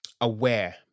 aware